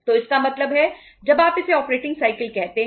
तो इसका मतलब है जब आप इसे ऑपरेटिंग साइकिल है